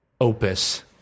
opus